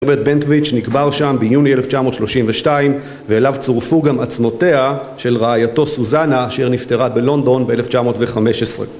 רוברט בנטוויץ' נקבר שם ביוני 1932 ואליו צורפו גם עצמותיה של רעייתו סוזנה אשר נפטרה בלונדון ב-1915